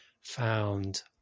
found